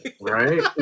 Right